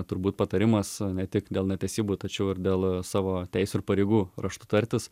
turbūt patarimas ne tik dėl netesybų tačiau ir dėl savo teisių ir pareigų raštu tartis